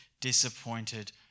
disappointed